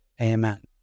Amen